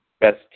best